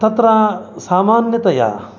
तत्र सामान्यतया